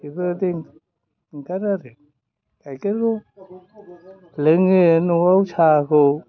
बेबादि ओंखारो आरो गाइखेरबो लोङो न'आव साहाखौ